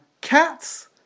Cats